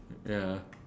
ya